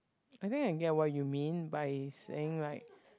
I think I get what you mean by saying like